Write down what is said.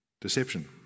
deception